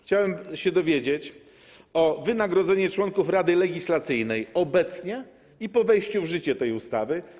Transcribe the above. Chciałem zapytać o wynagrodzenie członków Rady Legislacyjnej obecnie i po wejściu w życie tej ustawy.